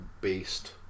based